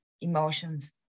emotions